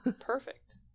Perfect